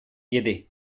yedi